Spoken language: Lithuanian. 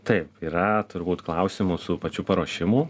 taip yra turbūt klausimų su pačiu paruošimu